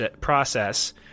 process